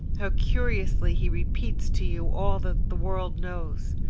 how curiously he repeats to you all that the world knows!